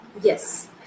Yes